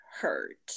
hurt